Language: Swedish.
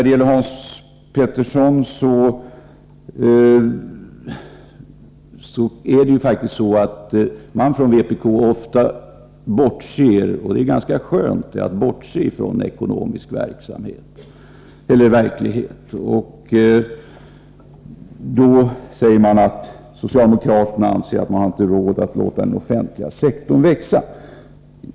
Till Hans Petersson i Hallstahammar vill jag säga att man inom vpk ofta bortser från den ekonomiska verkligheten — och det är naturligtvis ganska skönt att göra det. Man säger att socialdemokraterna anser att vi inte har råd att låta den offentliga sektorn växa.